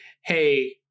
Hey